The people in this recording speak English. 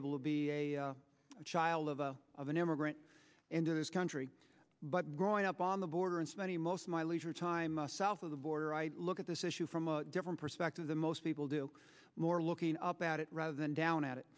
able to be a child of an immigrant into this country but growing up on the border and so many most of my leisure time south of the border i look at this issue from a different perspective than most people do more looking up at it rather than down at it